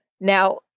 Now